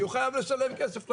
הוא חייב לשלם כסף לרשות,